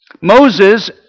Moses